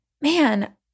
man –